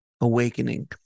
awakening